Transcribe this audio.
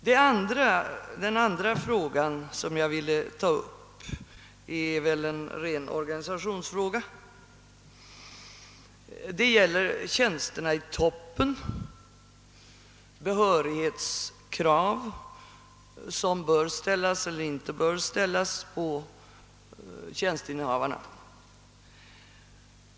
Den andra fråga som jag ville ta upp är en ren organisationsfråga. Det gäller tjänsterna i toppen, behörighetskrav som bör ställas eller inte bör ställas på tjänstinnehavarna.